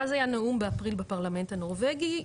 ואז היה נאום באפריל בפרלמנט הנורבגי,